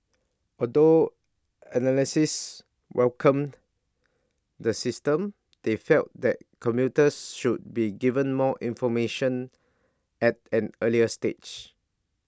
although analysts welcomed the system they felt that commuters should be given more information at an earlier stage